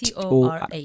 Tora